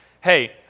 hey